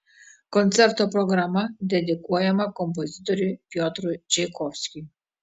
koncerto programa dedikuojama kompozitoriui piotrui čaikovskiui